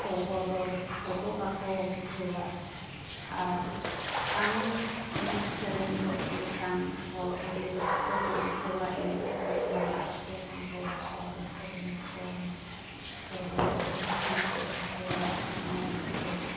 ᱫᱚ ᱦᱚᱲᱫᱚ ᱨᱟᱹᱥᱠᱟᱹ ᱫᱚ ᱵᱟᱠᱚ ᱵᱩᱡᱷᱟᱹᱣᱟ ᱟᱨ ᱟᱢᱮᱢ ᱮᱱᱮᱡᱼᱥᱮᱨᱮᱧ ᱜᱚᱫ ᱞᱮᱠᱷᱟᱱ ᱦᱚᱲ ᱟᱹᱰᱤ ᱨᱟᱹᱥᱠᱟᱹ ᱠᱚ ᱵᱩᱡᱷᱟᱹᱣᱟ ᱮᱱᱮᱡ ᱟᱛᱮᱫ ᱞᱟᱸᱫᱟ ᱟᱛᱮᱢ ᱨᱚᱲ ᱟᱠᱚᱣᱟᱢ ᱥᱮᱨᱮᱧ ᱟᱠᱚᱣᱟᱢ ᱦᱚᱲ ᱦᱚᱸ ᱟᱹᱰᱤ ᱠᱩᱥᱤ ᱜᱮᱠᱚ ᱵᱩᱡᱷᱟᱹᱣᱟ ᱟᱢ ᱧᱮᱞᱛᱮ